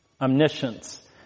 Omniscience